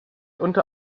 unter